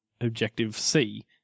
Objective-C